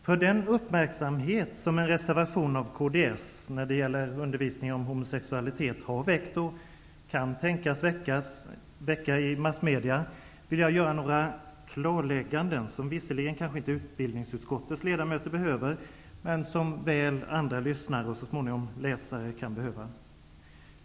För den uppmärksamhet som en reservation av kds när det gäller undervisning om homosexualitet har väckt -- och kan tänkas väcka -- i massmedia, vill jag göra några klarlägganden som visserligen utbildningsutskottets ledamöter kanske inte behöver, men som väl andra lyssnare och så småningom läsare kan behöva.